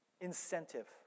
Incentive